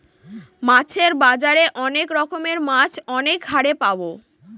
মাছের বাজারে অনেক রকমের মাছ অনেক হারে পাবো